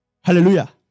Hallelujah